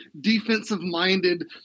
defensive-minded